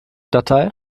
datei